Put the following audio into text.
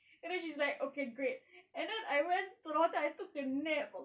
and then she's like okay great and then I went to the hotel I took a nap